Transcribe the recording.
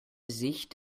sicht